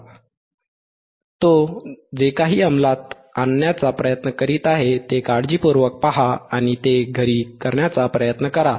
तो सहाय्यक जे काही अंमलात आणण्याचा प्रयत्न करीत आहे ते काळजीपूर्वक पहा आणि ते घरी करण्याचा प्रयत्न करा